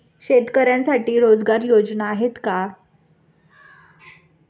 शेतकऱ्यांसाठी रोजगार योजना आहेत का?